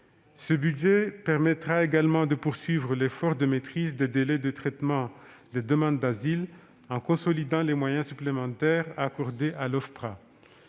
Ce budget permettra également de poursuivre l'effort de maîtrise des délais de traitement des demandes d'asile, en consolidant les moyens supplémentaires accordés à l'Ofpra.